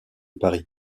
paris